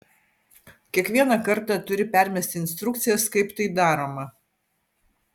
kiekvieną kartą turi permesti instrukcijas kaip tai daroma